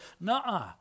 nah